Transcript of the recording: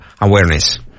Awareness